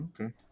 Okay